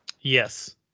Yes